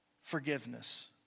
Forgiveness